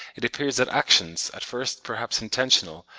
it appears that actions, at first perhaps intentional,